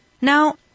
Now